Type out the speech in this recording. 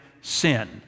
sin